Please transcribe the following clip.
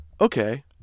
Okay